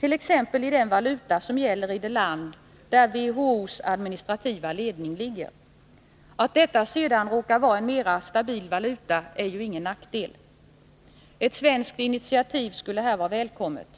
t.ex. i den valuta som gäller i det land där WHO:s administrativa ledning ligger. Att detta sedan råkar vara en mer stabil valuta är ju ingen nackdel. Ett svenskt initiativ skulle här vara välkommet.